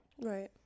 Right